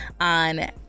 on